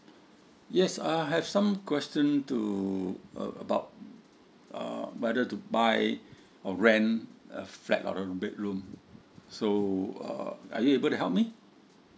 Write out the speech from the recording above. yes I have some question to uh about uh whether to buy or rent a flat or a bedroom so uh are you able to help me